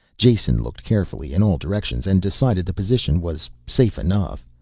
jason looked carefully in all directions and decided the position was safe enough.